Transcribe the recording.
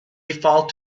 default